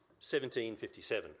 1757